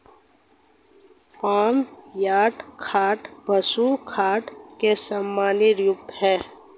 farm yard खाद पशु खाद का सामान्य रूप है